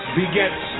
begets